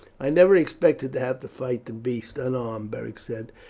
i never expected to have to fight the beasts unarmed, beric said,